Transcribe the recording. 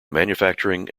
manufacturing